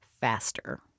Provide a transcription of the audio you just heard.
faster